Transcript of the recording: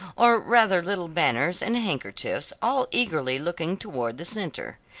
or rather little banners and handkerchiefs, all eagerly looking towards the centre.